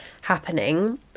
happening